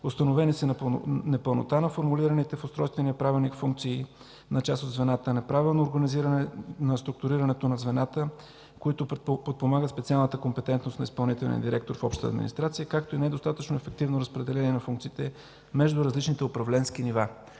установени са непълнота на формулираните в Устройствения правилник функции на част от звената; неправилно организиране на структурирането на звената, които подпомагат специалната компетентност на изпълнителния директор в обща администрация, както и недостатъчно ефективно разпределение на функциите между различните управленски нива.